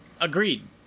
Agreed